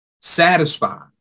satisfied